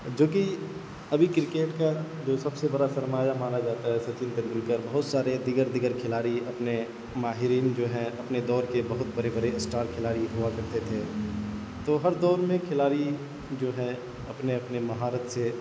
جو کہ ابھی کرکٹ کا جو سب سے برا سرمایہ مانا جاتا ہے سچن تندولکر بہت سارے دیگر دیگر کھلاڑی اپنے ماہرین جو ہیں اپنے دور کے بہت بڑے بڑے اسٹار کھلاڑی ہوا کرتے تھے تو ہر دور میں کھلاڑی جو ہے اپنے اپنے مہارت سے